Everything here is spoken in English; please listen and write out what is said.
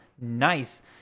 nice